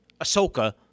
Ahsoka